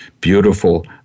beautiful